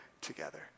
together